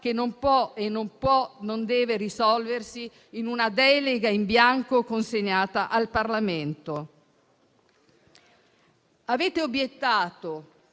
che non può e non deve risolversi in una delega in bianco consegnata al Parlamento.